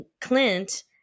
clint